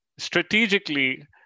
Strategically